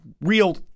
real